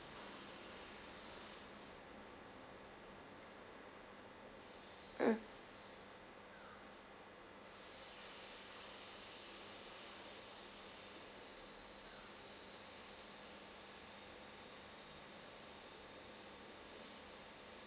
mm